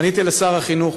פניתי לשר החינוך,